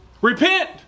Repent